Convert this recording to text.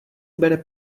bere